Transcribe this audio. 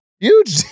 huge